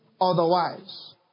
otherwise